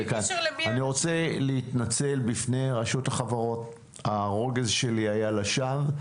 אני רוצה להתנצל בפני רשות החברות הרוגז שלי היה לשווא.